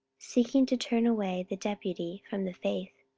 seeking to turn away the deputy from the faith.